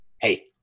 Hey